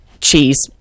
cheese